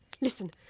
Listen